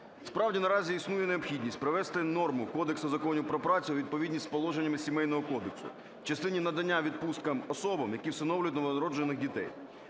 Справді, наразі існує необхідність привести норму Кодексу Законів про працю у відповідність з положеннями Сімейного кодексу в частині надання відпусток особам, які всиновлюють новонароджених дітей.